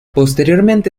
posteriormente